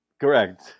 Correct